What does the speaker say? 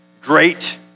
great